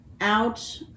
out